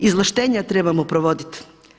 Izvlaštenja trebamo provoditi.